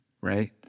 right